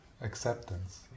acceptance